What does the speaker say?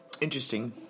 Interesting